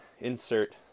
insert